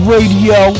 Radio